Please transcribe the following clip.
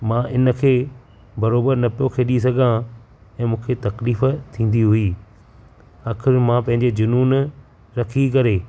मां हिनखे बराबरि न पियो खेॾी सघां ऐं मूंखे तकलीफ़ थींदी हुई आख़िर मां पंहिंजे जुनून रखी करे